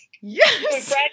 Yes